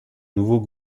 nouveau